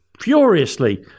furiously